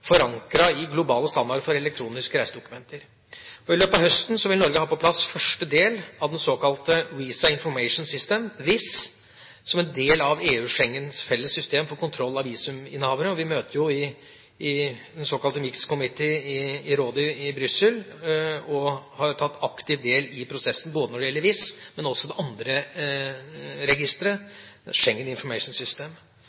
i globale standarder for elektroniske reisedokumenter. I løpet av høsten vil Norge ha på plass første del av det såkalte Visa Information System, VIS, som en del av EU/Schengens felles system for kontroll av visuminnehavere. Vi møter i den såkalte Mixed Committee i rådet i Brussel og har tatt aktivt del i prosessen når det gjelder både VIS og andre registre, som Schengen Information System. VIS vil, når det